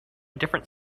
different